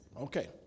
Okay